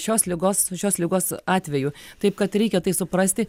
šios ligos šios ligos atveju taip kad reikia tai suprasti